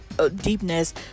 deepness